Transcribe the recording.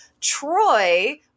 Troy